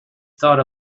thought